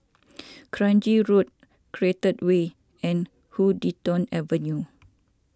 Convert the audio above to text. Kranji Road Create Way and Huddington Avenue